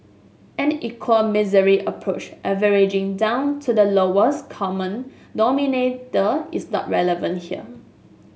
an equal misery approach averaging down to the lowest common denominator is not relevant here